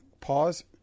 pause